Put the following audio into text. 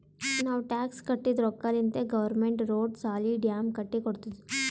ನಾವ್ ಟ್ಯಾಕ್ಸ್ ಕಟ್ಟಿದ್ ರೊಕ್ಕಾಲಿಂತೆ ಗೌರ್ಮೆಂಟ್ ರೋಡ್, ಸಾಲಿ, ಡ್ಯಾಮ್ ಕಟ್ಟಿ ಕೊಡ್ತುದ್